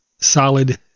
Solid